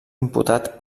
imputat